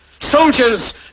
Soldiers